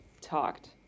Talked